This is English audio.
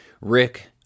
Rick